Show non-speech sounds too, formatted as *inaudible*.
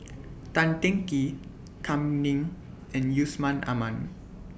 *noise* Tan Teng Kee Kam Ning and Yusman Aman